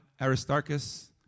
aristarchus